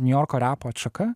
niujorko repo atšaka